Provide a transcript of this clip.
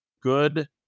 good